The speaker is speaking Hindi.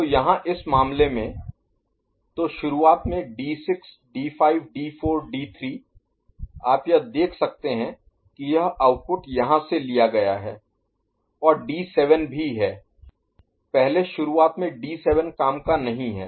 तो यहाँ इस मामले में तो शुरुआत में D6D5D4D3 आप यह देख सकते हैं कि यह आउटपुट यहाँ से लिया गया है और D7 भी है पहले शुरुआत में D7 काम का नहीं है